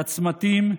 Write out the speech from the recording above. לצמתים,